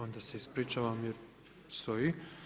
Onda se ispričavam jer mi stoji.